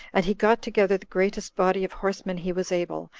and he got together the greatest body of horsemen he was able,